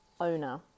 owner